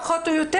פחות או יותר,